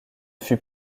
fut